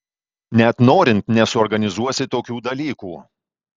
net norint nesuorganizuosi tokių dalykų